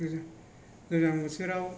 गोजां बोथोराव